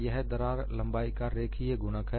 यह दरार लंबाई का रेखीय गुणक है